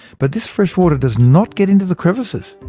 but this fresh water does not get into the crevices.